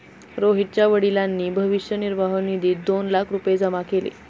रोहितच्या वडिलांनी भविष्य निर्वाह निधीत दोन लाख रुपये जमा केले